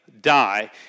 die